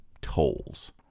tolls